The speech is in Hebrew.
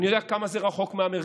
אבל אני יודע כמה זה רחוק מהמרכז,